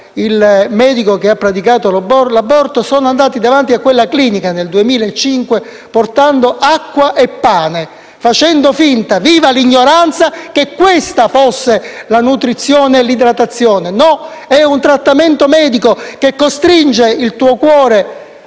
il medico che ha praticato l'aborto - andando davanti a quella clinica nel 2005 portando acqua e pane, facendo finta - viva l'ignoranza - che queste fossero la nutrizione e l'idratazione. No, è un trattamento medico che costringe il tuo cuore